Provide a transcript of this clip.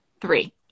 three